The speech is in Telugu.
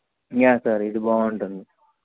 యా సార్ ఇది బాగుంటుంది